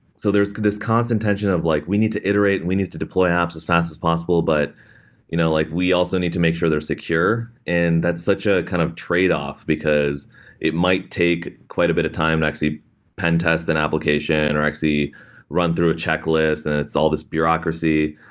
so there's this constant intention of like, we need to iterate and we need to deploy apps as fast as possible, but you know like we also need to make sure they're secure, and that's such a kind of tradeoff, because it might take quite a bit of time to actually pen test an and application and or actually run through a checklist and it's all these bureaucracy.